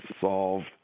solved